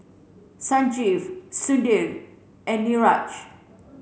Sanjeev Sudhir and Niraj